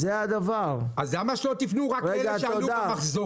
אז למה שלא תפנו רק לאלה ש --- בסדר,